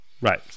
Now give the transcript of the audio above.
Right